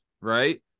right